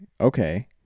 okay